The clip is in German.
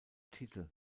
titel